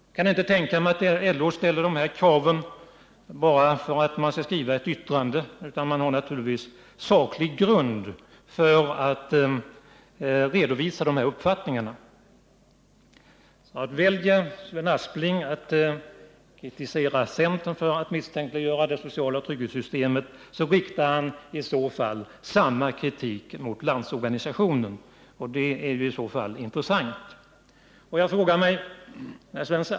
Jag kan inte tänka mig att LO ställer dessa krav bara för att yttranden skall skrivas, utan organisationen har naturligtvis saklig grund för att redovisa dessa uppfattningar. Väljer Sven Aspling att kritisera centern för att misstänkliggöra det sociala trygghetssystemet, riktar han samma kritik mot Landsorganisationen, och det är i så fall intressant.